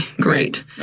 great